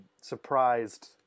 surprised